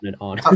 on